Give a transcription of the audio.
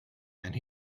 and